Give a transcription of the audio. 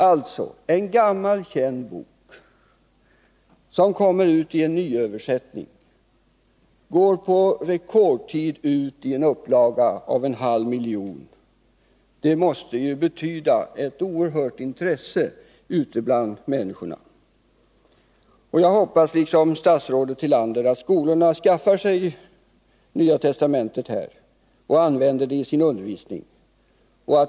Alltså: En gammal känd bok som kommer ut i nyöversättning går på rekordtid ut i en upplaga på en halv miljon exemplar — det måste betyda ett oerhört intresse ute bland människorna. Jag hoppas liksom statsrådet Tillander att skolorna skaffar sig Nya testamentet och använder det i undervisningen.